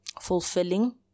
fulfilling